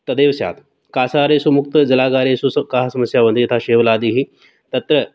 तदेव स्यात् कासारेषु मुक्तजलागारेषु काः समस्याः भवन्ति यथा शेवलादिः तत्